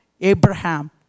Abraham